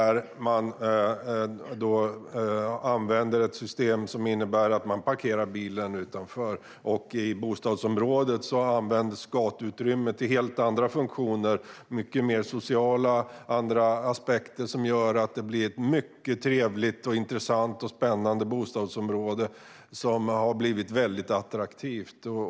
Där parkeras bilen utanför området. I bostadsområdet används gatuutrymmet till helt andra funktioner. Det är mer sociala aspekter och andra aspekter som gör att det blir ett mycket trevligt, intressant, spännande och attraktivt bostadsområde.